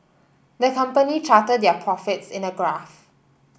the company charted their profits in a graph